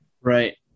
right